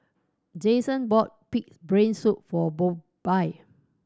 Jason bought Pig's Brain Soup for Bobbye